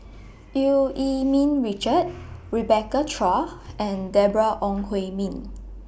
EU Yee Ming Richard Rebecca Chua and Deborah Ong Hui Min